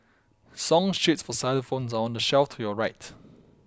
song sheets for xylophones are on the shelf to your right